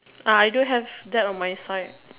uh I do have that on my side